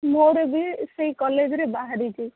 ମୋର ବି ସେଇ କଲେଜ୍ରେ ବାହାରିଛି